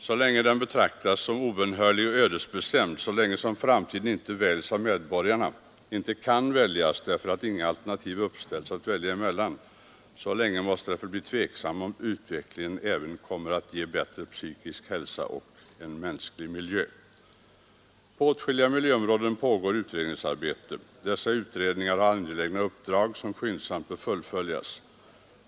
Så länge den betraktas som obönhörlig och ödesbestämd, så länge som framtiden inte väljs av medborgarna — inte kan väljas därför att inga alternativ uppställs att välja emellan — så länge måste det förbli tveksamt om utvecklingen även kommer att ge bättre psykisk hälsa och en mänsklig miljö. På åtskilliga miljöområden pågår utredningsarbete. Dessa utredningar har angelägna uppdrag, som skyndsamt bör fullföljas.